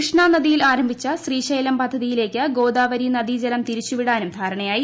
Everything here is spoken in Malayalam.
കൃഷ്ണ നദിയിൽ ആരംഭിച്ച ശ്രീശൈലം പദ്ധതിയിലേക്ക് ഗോദാവരി നദീജലം തിരിച്ചുവിടാനും ധാരണയായി